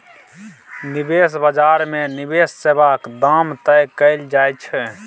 निबेश बजार मे निबेश सेबाक दाम तय कएल जाइ छै